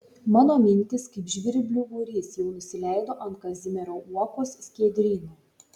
mano mintys kaip žvirblių būrys jau nusileido ant kazimiero uokos skiedryno